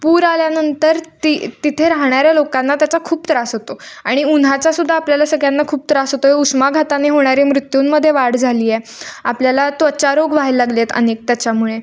पूर आल्यानंतर ती तिथे राहणाऱ्या लोकांना त्याचा खूप त्रास होतो आणि उन्हाचासुद्धा आपल्याला सगळ्यांना खूप त्रास होतो आहे उष्माघाताने होणारे मृत्यूंमध्ये वाढ झाली आहे आपल्याला त्वचारोग व्हायला लागले आहेत अनेक त्याच्यामुळे